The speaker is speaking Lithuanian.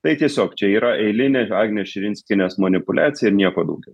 tai tiesiog čia yra eilinė agnės širinskienės manipuliacija ir nieko daugiau